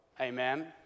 amen